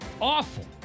awful